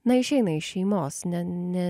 na išeina iš šeimos ne ne